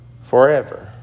forever